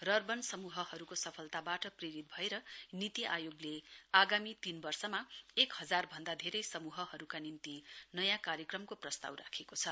rurban समूहहरूको सफलताबाट प्रेरित भएर नीति आयोगले आगामी तीन वर्षमा एक हजार भन्दा धेरै समूहहरूका निम्ति नयाँ कार्यक्रमको प्रस्ताव राखेको छ